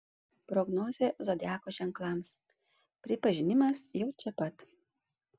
prognozė zodiako ženklams pripažinimas jau čia pat